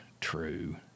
true